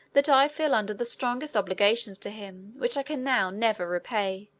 that i feel under the strongest obligations to him, which i can now never repay,